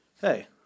hey